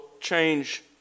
change